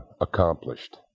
accomplished